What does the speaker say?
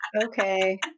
okay